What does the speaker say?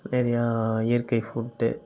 நிறையா இயற்கை ஃபுட்டு